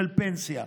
של פנסיה,